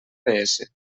gps